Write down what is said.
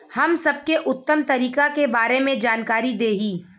हम सबके उत्तम तरीका के बारे में जानकारी देही?